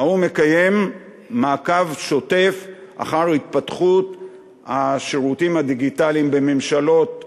האו"ם מקיים מעקב שוטף אחר התפתחות השירותים הדיגיטליים בממשלות העולם.